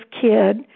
kid